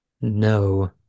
No